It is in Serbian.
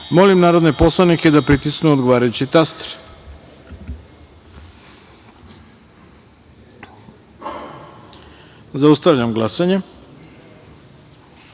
narodne poslanike da pritisnu odgovarajući taster. Zaustavljam glasanje. Ukupno